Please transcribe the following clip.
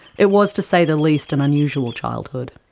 it was, to say the least, an unusual childhood.